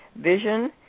vision